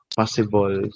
possible